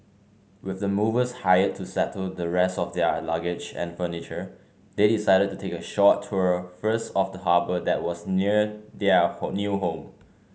with the movers hired to settle the rest of their luggage and furniture they decided to take a short tour first of the harbour that was near their new home